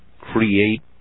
create